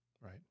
right